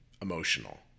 emotional